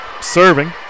Serving